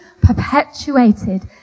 perpetuated